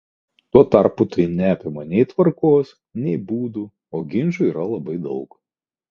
tuo tarpu tai neapima nei tvarkos nei būdų o ginčų yra labai daug